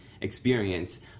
experience